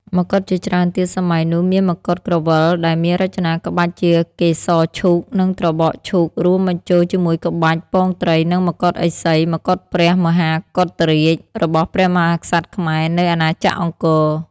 មកុដជាច្រើនទៀតសម័យនោះមានមកុដក្រវិលដែលមានរចនាក្បាច់ជាកេសរឈូក និងត្របកឈូករួមបញ្ចូលជាមួយក្បាច់ពងត្រីនិងមកុដឥសី មកុដព្រះមហាកុដរាជរបស់ព្រះមហាក្សត្រខ្មែរនៅអាណាចក្រអង្គរ។